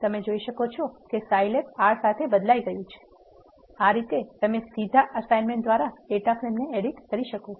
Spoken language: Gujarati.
તમે જોઈ શકો છો કે સાયલેબ R સાથે બદલાઈ ગયું છે આ રીતે તમે સીધા એસાઇમેન્ટ દ્વારા ડેટા ફ્રેમને એડિટ કરી શકો છો